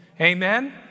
Amen